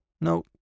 No